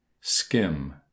Skim